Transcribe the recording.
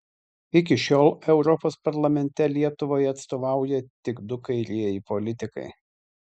iki šiol europos parlamente lietuvai atstovauja tik du kairieji politikai